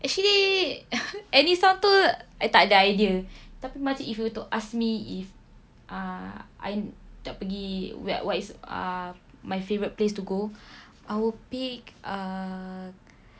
actually any sound tu I takde idea tapi macam if you were to ask me if ah I tak pergi where what is ah my favourite place to go I will pick uh